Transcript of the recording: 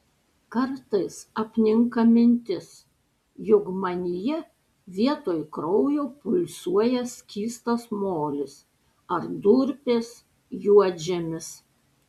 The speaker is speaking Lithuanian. kartais apninka mintis jog manyje vietoj kraujo pulsuoja skystas molis ar durpės juodžemis